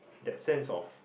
that sense of